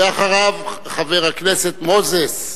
ואחריו, חבר הכנסת מוזס.